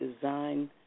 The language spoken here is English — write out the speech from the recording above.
design